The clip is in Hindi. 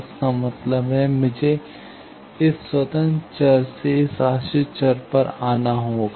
इसका मतलब है मुझे इस स्वतंत्र चर से इस आश्रित चर पर आना होगा